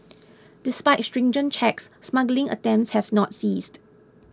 despite stringent checks smuggling attempts have not ceased